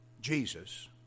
Jesus